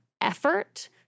effort